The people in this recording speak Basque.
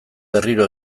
berriro